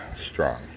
strong